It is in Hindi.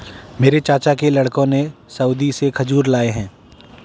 मेरे चाचा के लड़कों ने सऊदी से खजूर लाए हैं